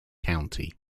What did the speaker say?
county